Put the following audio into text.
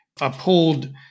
uphold